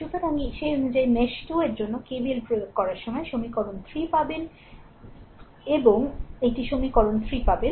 সুতরাং সেই অনুযায়ী মেশ 2 এর জন্য KVL প্রয়োগ করার সময় সমীকরণ 3 পাবেন এখানে এটি সমীকরণ 3 পাবেন